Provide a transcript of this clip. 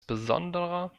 besonderer